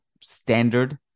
standard